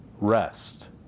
rest